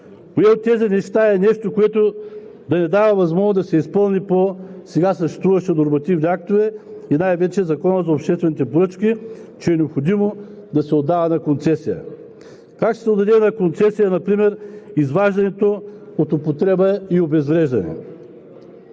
Кое от тези неща е нещо, което да не дава възможност да се изпълни по сега съществуващите нормативни актове и най-вече по Закона за обществените поръчки, че е необходимо да се отдава на концесия? Как ще се отдаде на концесия например изваждането от употреба и обезвреждане?